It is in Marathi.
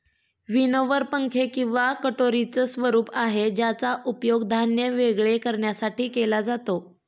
विनोवर पंखे किंवा कटोरीच स्वरूप आहे ज्याचा उपयोग धान्य वेगळे करण्यासाठी केला जातो